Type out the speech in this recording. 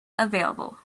available